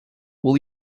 will